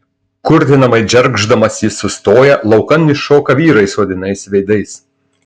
kurtinamai džergždamas jis sustoja laukan iššoka vyrai suodinais veidais